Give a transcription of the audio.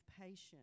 patience